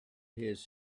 his